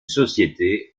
société